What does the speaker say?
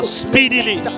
speedily